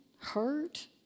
hurt